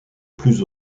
plus